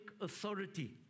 authority